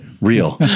real